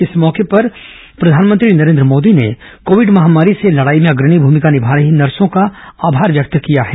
इस मौके पर प्रधानमंत्री नरेन्द्र मोदी ने कोविड महामारी से लडाई में अग्रणी भूमिका निभा रही नर्सों का आभार व्यक्त किया है